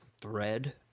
thread